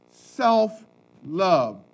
self-love